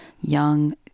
young